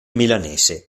milanese